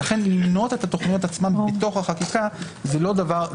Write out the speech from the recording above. לכן למנות את התכניות עצמן בתוך החקיקה זה לא דבר נכון.